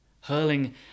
hurling